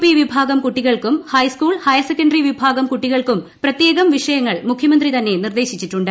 P വിഭാഗം കുട്ടികൾക്കും high school higher secondary വിഭാഗം കുട്ടികൾക്കും പ്രത്യേകം വിഷയങ്ങൾ മുഖ്യമന്ത്രി തന്നെ നിർദേശിച്ചിട്ടുണ്ട്